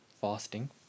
fasting